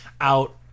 out